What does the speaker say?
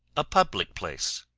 a public place